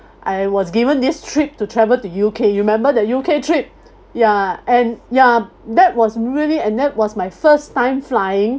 I was given this trip to travel to U_K you remember the U_K trip ya and ya that was really and that was my first time flying